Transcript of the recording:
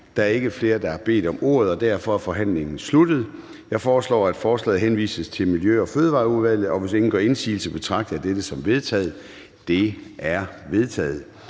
Der er ikke flere, der har bedt om ordet, og derfor er forhandlingen sluttet. Jeg foreslår, at forslaget til folketingsbeslutning henvises til Miljø- og Fødevareudvalget. Hvis ingen gør indsigelse, betragter jeg det som vedtaget. Det er vedtaget.